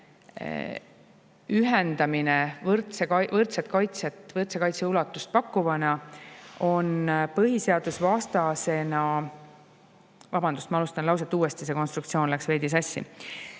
kaitset, võrdse kaitse ulatust pakkuvana on põhiseadusvastasena ... Vabandust! Ma alustan lauset uuesti, see konstruktsioon läks veidi sassi.